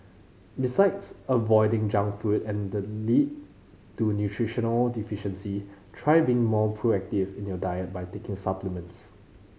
besides avoiding junk food and the lead to nutritional deficiencies try being more proactive in your diet by taking supplements